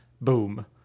boom